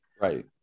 Right